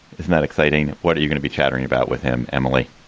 isn't that exciting? what are you going to be chattering about with him? emily?